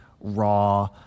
raw